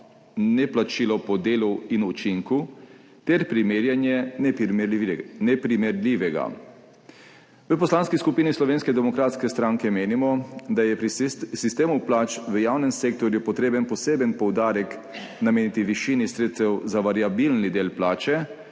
neplačilo po delu in učinku ter primerjanje neprimerljivega. V Poslanski skupini Slovenske demokratske stranke menimo, da je pri sistemu plač v javnem sektorju potreben poseben poudarek nameniti višini sredstev za variabilni del plače,